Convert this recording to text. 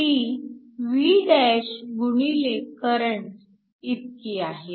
ती V′ गुणिले करंट इतकी आहे